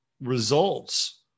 results